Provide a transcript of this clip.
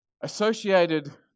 Associated